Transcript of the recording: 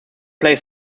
plays